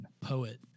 Poet